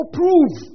prove